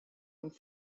und